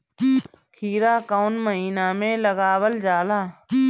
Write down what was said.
खीरा कौन महीना में लगावल जाला?